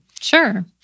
Sure